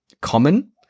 common